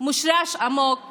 מושרש עמוק